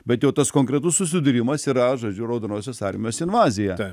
bet jau tas konkretus susidūrimas yra žodžiu raudonosios armijos invazija